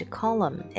column